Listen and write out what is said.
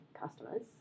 customers